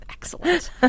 Excellent